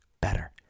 better